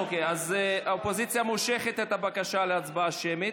האופוזיציה מושכת את הבקשה להצבעה שמית.